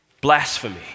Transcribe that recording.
blasphemy